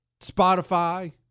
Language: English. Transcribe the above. Spotify